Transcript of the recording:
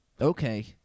okay